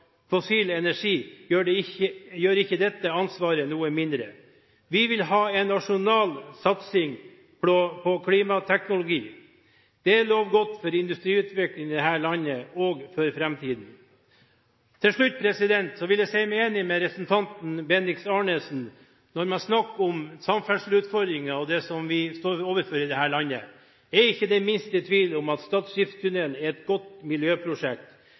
fossil energi, gjør ikke dette ansvaret noe mindre. Vi vil ha en nasjonal satsing på klimateknologi. Det lover godt for industriutviklingen i dette landet og for framtiden. Til slutt vil jeg si meg enig med representanten Bendiks H. Arnesen i at når man snakker om det vi står overfor av samferdselsutfordringer i dette landet, er jeg ikke det minste i tvil om at Stad skipstunnel er et godt miljøprosjekt.